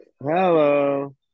Hello